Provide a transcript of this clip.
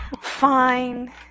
Fine